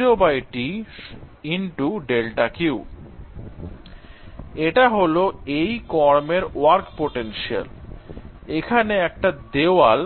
যথা এটা হল এই কর্মের ওয়ার্ক পোটেনশিয়াল I এখানে একটা দেওয়াল